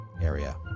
area